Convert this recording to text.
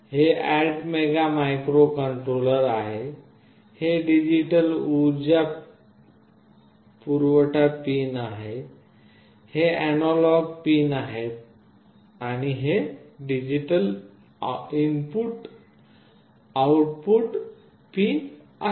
हे ATmega microcontroller आहे हे डिजिटल उर्जा पुरवठा पिन आहे हे अॅनालॉग पिन आहेत आणि हे digital input output pin आहेत